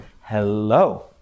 Hello